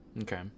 okay